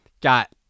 got